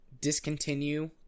discontinue